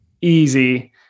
easy